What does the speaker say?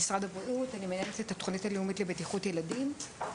שותפים לתוכנית משרד הכלכלה, משרד החינוך,